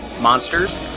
Monsters